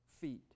feet